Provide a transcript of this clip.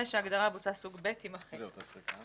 ההגדרה "בוצה סוג ב'" תימחק.